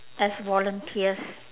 as volunteers